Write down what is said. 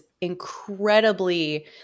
incredibly